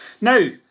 Now